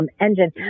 engine